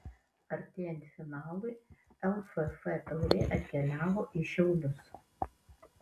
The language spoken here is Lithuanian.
artėjant finalui lff taurė atkeliavo į šiaulius